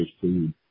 food